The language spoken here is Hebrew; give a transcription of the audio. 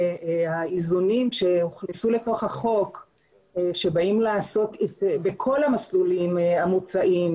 שהאיזונים שהוכנסו לתוך החוק בכל המסלולים המוצעים,